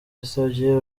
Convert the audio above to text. yasabye